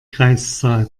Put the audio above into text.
kreiszahl